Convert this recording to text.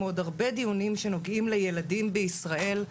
כמו עוד הרבה דיונים שנוגעים לילדים בישראל,